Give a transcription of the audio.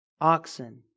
oxen